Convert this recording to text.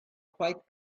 quite